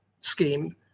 scheme